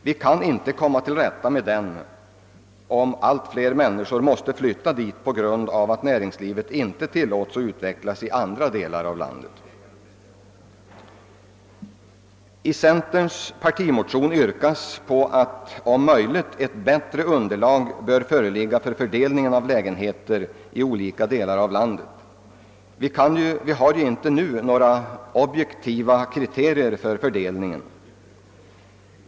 Vi kan inte komma till rätta med den om allt fler människor måste flytta dit på grund av att näringslivet inte tillåts att utvecklas 1 andra delar av landet. I centerns partimotion yrkas att ett bättre underlag om möjligt bör föreligga för fördelningen av lägenheter i olika delar av landet. Vi har nu inte några objektiva kriterier för fördelningen.